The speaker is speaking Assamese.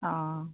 অঁ